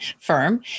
firm